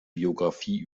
biografie